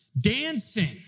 Dancing